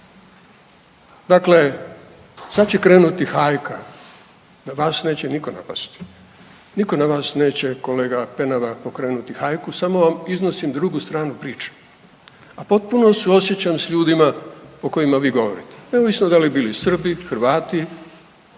Dakle, sad će krenuti hajka, na vas neće nitko napasti, nitko na vas neće kolega Penava pokrenuti hajku samo vam iznosim drugu stranu priče. A potpuno suosjećam s ljudima o kojima vi govorite neovisno da li bili Srbi, Hrvati, Slovaci, Bošnjaci,